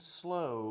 slow